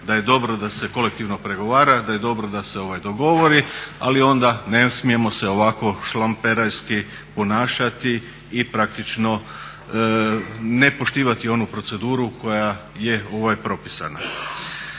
da je dobro da se kolektivno pregovara, da je dobro da se dogovori ali onda ne smijemo se ovako šlamperajski ponašati i praktično ne poštivati onu proceduru koja je propisana.